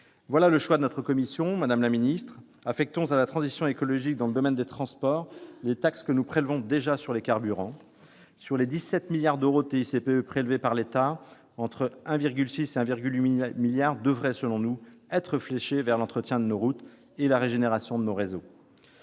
C'est le choix que fait notre commission : affectons à la transition écologique dans le domaine des transports les taxes que nous prélevons déjà sur les carburants. Sur les 17 milliards d'euros de TICPE prélevés par l'État, une somme allant de 1,6 milliard à 1,8 milliard d'euros devrait, selon nous, être fléchée vers l'entretien de nos routes et la régénération de nos réseaux.